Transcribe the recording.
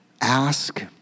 Ask